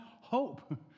hope